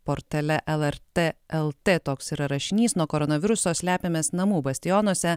portale lrt lt toks yra rašinys nuo koronaviruso slepiamės namų bastionuose